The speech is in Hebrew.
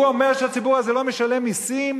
הוא אומר שהציבור הזה לא משלם מסים,